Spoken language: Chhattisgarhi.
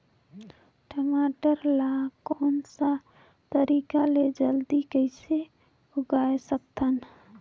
टमाटर ला कोन सा तरीका ले जल्दी कइसे उगाय सकथन?